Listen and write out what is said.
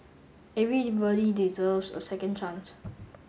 everybody deserves a second chance